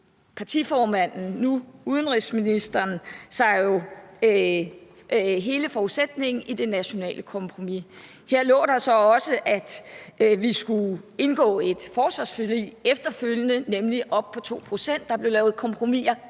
partiformanden, nu udenrigsministeren, sig jo hele forudsætningen i det nationale kompromis. Her lå der så også, at vi skulle indgå et forsvarsforlig efterfølgende, nemlig om at komme op på 2 pct. Der blev lavet kompromiser